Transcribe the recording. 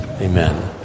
Amen